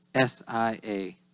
S-I-A